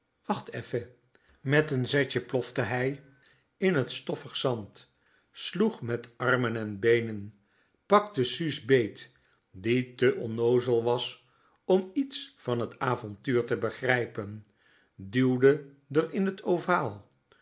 wacht effen met n zetje plofte hij in t stoffig zand sloeg met armen en beenen pakte suus beet die te onnoozel was om iets van t avontuur te begrijpen duwde r in t ovaal